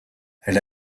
elle